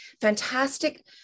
fantastic